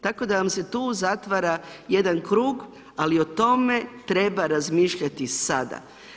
Tako da vam se tu zatvara jedan krug ali o tome treba razmišljati sada.